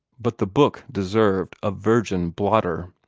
but the book deserved a virgin blotter.